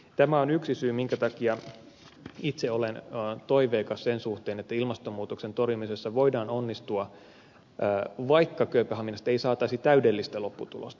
tämä on yksi syy minkä takia itse olen toiveikas sen suhteen että ilmastonmuutoksen torjumisessa voidaan onnistua vaikka kööpenhaminasta ei saataisi täydellistä lopputulosta